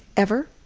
ever.